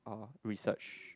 orh research